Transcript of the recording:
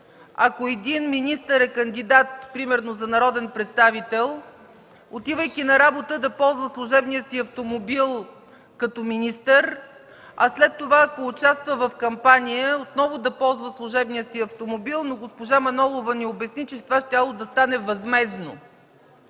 ако един министър е кандидат примерно за народен представител, отивайки на работа, да ползва служебния си автомобил като министър, а след това, ако участва в кампания, отново да ползва служебния си автомобил, но госпожа Манолова ни обясни, че това щяло да стане възмездно.